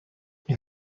این